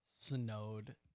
snowed